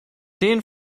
den